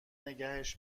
نگهش